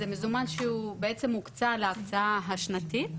זה מזומן שהוא בעצם הוקצה להקצאה השנתית,